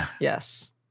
yes